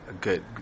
good